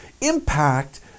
impact